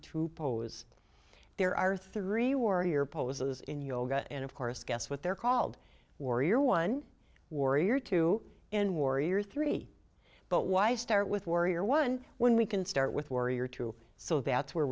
to pose there are three warrior poses in yoga and of course guess what they're called warrior one warrior two in warrior three but why start with warrior one when we can start with warrior two so that's where